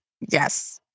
Yes